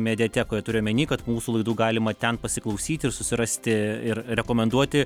mediatekoje turiu omeny kad mūsų laidų galima ten pasiklausyti ir susirasti ir rekomenduoti